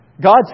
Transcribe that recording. God